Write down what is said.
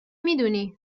میدونی